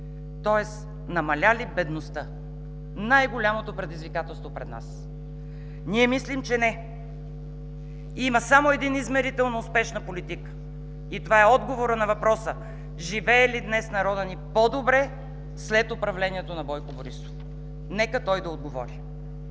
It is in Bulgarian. Тоест намаля ли бедността – най-голямото предизвикателство пред нас? Ние мислим, че не. Има само един измерител на успешна политика и това е отговорът на въпроса: живее ли днес народът ни по-добре след управлението на Бойко Борисов? Нека той да отговори!